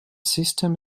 system